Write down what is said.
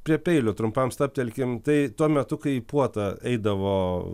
prie peilių trumpam stabtelkim tai tuo metu kai į puotą eidavo